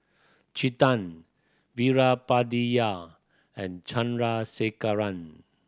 Chetan Veerapandiya and Chandrasekaran